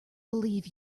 believe